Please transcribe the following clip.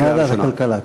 לוועדת הכלכלה.